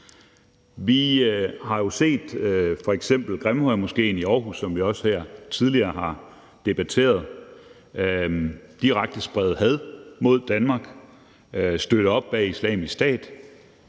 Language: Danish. Vi har jo f.eks. set Grimhøjmoskeen i Aarhus, som vi også her tidligere har debatteret, direkte sprede had mod Danmark, støtte op om Islamisk Stat,